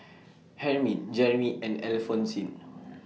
Hermine Jeramy and Alphonsine